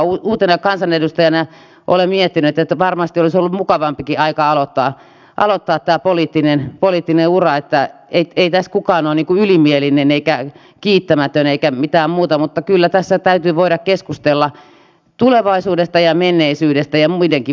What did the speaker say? uutena kansanedustajana olen miettinyt että varmasti olisi ollut mukavampikin aika aloittaa tämä poliittinen ura että ei tässä kukaan ole niin kuin ylimielinen eikä kiittämätön eikä mitään muuta mutta kyllä tässä täytyy voida keskustella tulevaisuudesta ja menneisyydestä ja muidenkin vastuusta